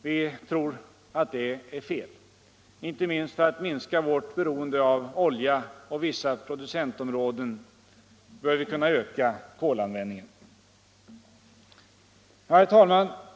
Vi tror att det är fel. Inte minst för att minska vårt beroende av olja och vissa producentområden bör vi kunna öka kolanvändningen. Herr talman!